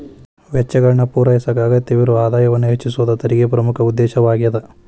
ವೆಚ್ಚಗಳನ್ನ ಪೂರೈಸಕ ಅಗತ್ಯವಿರೊ ಆದಾಯವನ್ನ ಹೆಚ್ಚಿಸೋದ ತೆರಿಗೆ ಪ್ರಮುಖ ಉದ್ದೇಶವಾಗ್ಯಾದ